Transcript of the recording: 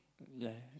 ya